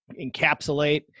encapsulate